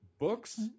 books